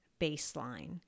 baseline